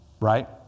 Right